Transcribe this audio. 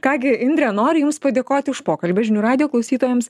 ką gi indre nori jums padėkoti už pokalbį žinių radijo klausytojams